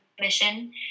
mission